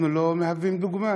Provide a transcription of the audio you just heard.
אנחנו לא מהווים דוגמה.